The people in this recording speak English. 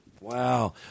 Wow